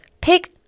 Pick